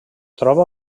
troba